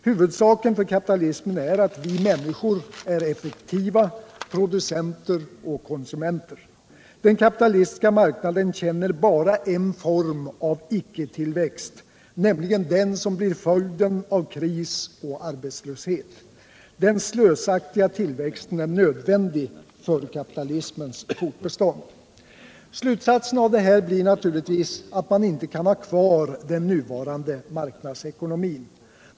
Huvudsaken för kapitalismen är att vi människor är effektiva producenter och konsumenter. Den kapitalistiska marknaden känner bara en form av icke-tillväxt, nämligen den som blir följden av kris och arbetslöshet. Den slösaktiga tillväxten är nödvändig för kapitalismens fortbestånd. Slutsatsen av detta blir naturligtvis att man inte kan ha kvar den nuvarande marknadsekonomin.